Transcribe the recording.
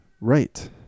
right